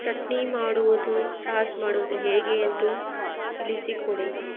ಚಟ್ನಿ ಮಾಡುವುದು ಸಾಸ್ ಮಾಡುವುದು ಹೇಗೆ ಎಂದು ತಿಳಿಸಿಕೊಡಿ